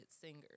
singer